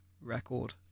record